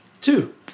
two